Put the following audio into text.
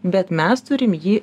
bet mes turim jį